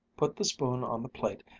put the spoon on the plate,